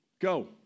Go